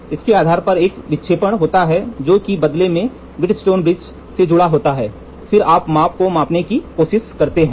तो इसके आधार पर एक विक्षेपण होता है जो कि बदले में व्हीटस्टोन पुल से जुड़ा होता है फिर हम माप को मापने की कोशिश करते हैं